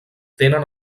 tenen